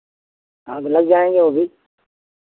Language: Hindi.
हाँ तो लग जाएँगे वो भी